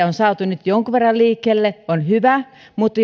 on saatu nyt jonkun verran liikkeelle on hyvä mutta